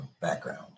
background